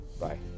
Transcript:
Bye